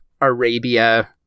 Arabia